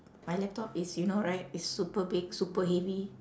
my laptop is you know right it's super big super heavy